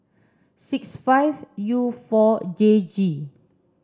six five U four J G